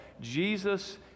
jesus